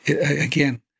Again